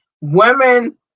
Women